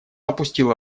опустила